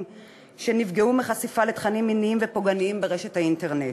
שנפגעו מחשיפה לתכנים מיניים ופוגעניים ברשת האינטרנט.